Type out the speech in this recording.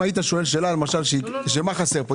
אם היית שואל שאלה למשל של מה חסר פה,